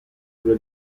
due